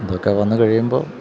ഇതൊക്കെ വന്നുകഴിയുമ്പോള്